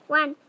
one